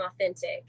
authentic